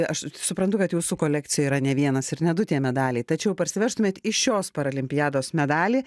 aš suprantu kad jūsų kolekcijoj yra ne vienas ir ne du tie medaliai tačiau parsivežtumėt iš šios paralimpiados medalį